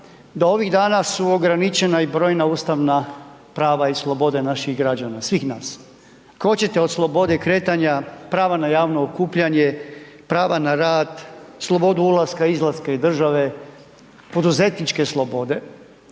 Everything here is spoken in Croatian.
da ovih dana su ograničena i brojna ustavna prava i slobode naših građana, svih nas. Ako hoćete od slobode kretanja, prava na javno okupljanje, prava na rad, slobodu ulaska i izlaska iz države, poduzetničke slobode